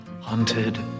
haunted